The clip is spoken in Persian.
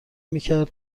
میکرد